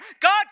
God